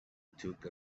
took